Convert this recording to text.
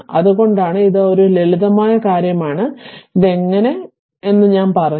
അതുകൊണ്ടാണ് ഇത് ഒരു ലളിതമായ കാര്യമാണ് അത് എങ്ങനെ തകർക്കാമെന്ന് ഞാൻ പറഞ്ഞു